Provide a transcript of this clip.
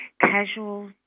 casual